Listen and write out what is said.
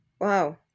Wow